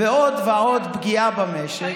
ועוד ועוד פגיעה במשק,